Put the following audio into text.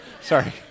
Sorry